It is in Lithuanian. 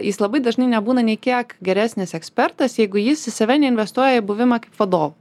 jis labai dažnai nebūna nei kiek geresnis ekspertas jeigu jis į save neinvestuoja į buvimą kaip vadovu